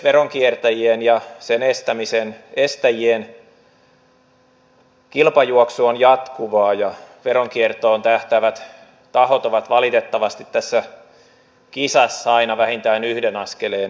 veronkiertäjien ja sen estäjien kilpajuoksu on jatkuvaa ja veronkiertoon tähtäävät tahot ovat tässä kisassa valitettavasti aina vähintään yhden askeleen edellä